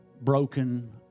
broken